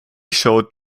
showed